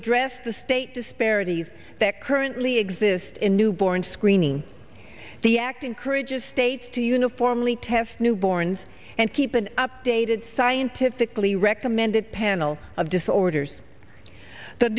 address the state disparities that currently exist in newborn screening the act encourages states to uniformly test newborns and keep an updated scientifically recommended panel of disorders